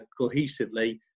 cohesively